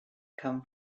come